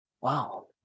Wow